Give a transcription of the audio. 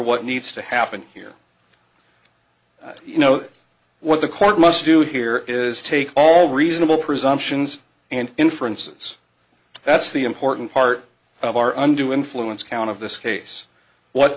what needs to happen here you know what the court must do here is take all reasonable presumptions and inferences that's the important part of our undue influence count of this case what